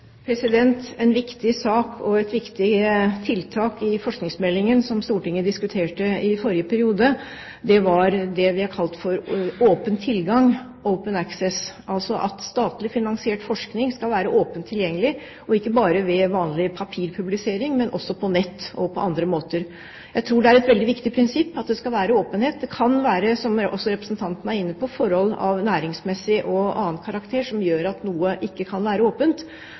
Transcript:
En viktig sak og et viktig tiltak i forskningsmeldingen som Stortinget diskuterte i forrige periode, var det vi har kalt for åpen tilgang, «open access», altså at statlig finansiert forskning skal være åpent tilgjengelig, og ikke bare ved vanlig papirpublisering, men også på nett og på andre måter. Jeg tror det er et veldig viktig prinsipp at det skal være åpenhet. Det kan være, som også representanten er inne på, forhold av næringsmessig og annen karakter som gjør at noe ikke kan være åpent.